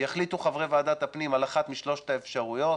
יחליטו חברי ועדת הפנים על אחת משלוש האפשרויות,